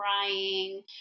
crying